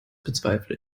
bezweifle